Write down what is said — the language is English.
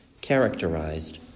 characterized